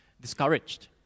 discouraged